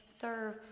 serve